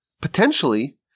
Potentially